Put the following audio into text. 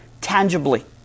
tangibly